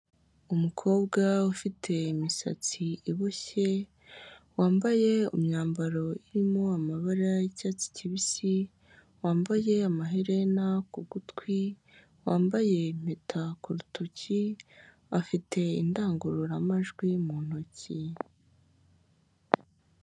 Umukobwa ufite imisatsi iboshye, wambaye imyambaro irimo amabara y'icyatsi kibisi, wambaye amaherena ku gutwi, wambaye impeta ku rutoki, afite indangururamajwi mu ntoki.